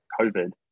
COVID